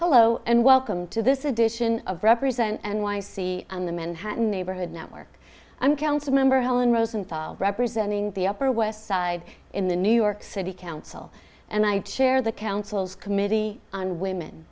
hello and welcome to this edition of represent n y c and the manhattan neighborhood network i'm council member helen rosenthal representing the upper west side in the new york city council and i chair the council's committee on women